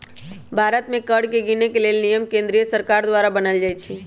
भारत में कर के गिनेके लेल नियम केंद्रीय सरकार द्वारा बनाएल जाइ छइ